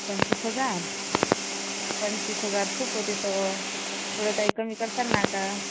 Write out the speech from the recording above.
पंचवीस हजार पंचवीस हजार खूप होतेत थोडं काही कमी करसान ना का